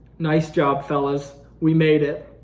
nice job fellas. we made it.